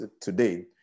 today